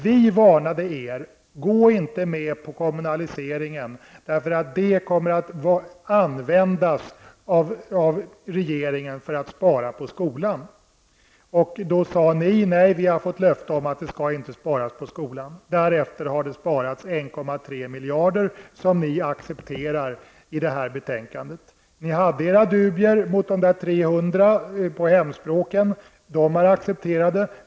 Vi varnade er för att gå med på kommunaliseringen, eftersom den skulle komma att användas av regeringen till att spara in på skolan. Då sade ni att ni hade fått löfte om att det inte skulle bli några besparingar på skolans område. Därefter har det sparats 1,3 miljarder, vilket ni i det här betänkandet accepterar. Ni hade era dubier mot nedskärningen med 300 milj.kr. på hemspråken, men det har ni nu accepterat.